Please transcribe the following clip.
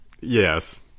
yes